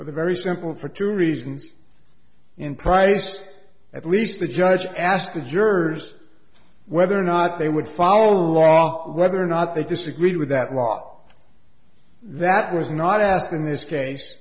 for the very simple for two reasons in prised at least the judge asked the jurors whether or not they would follow the law whether or not they disagreed with that law that was not asked in this case